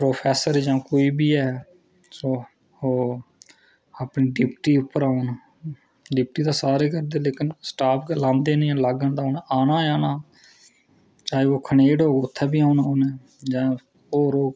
professor जां कोई बी ऐ ओह् अपनी डयूटी उप्पर औन डयूटी ते सारे करदे न लेकिन स्टाफ लांदे गै नीं ऐ न लाङन तां गै उनें औना गै औना चाहे ओह् खनेड गै होग